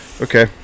Okay